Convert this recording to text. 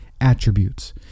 attributes